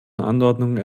anordnungen